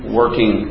working